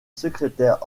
secrétaire